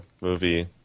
movie